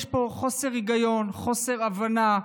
יש פה חוסר היגיון, חוסר הבנה,